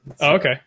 Okay